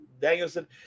Danielson